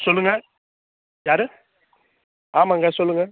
சொல்லுங்க யாரு ஆமாங்க சொல்லுங்க